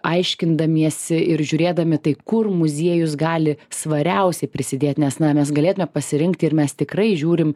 aiškindamiesi ir žiūrėdami tai kur muziejus gali svariausiai prisidėt nes na mes galėtume pasirinkti ir mes tikrai žiūrim